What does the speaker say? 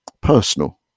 personal